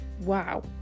wow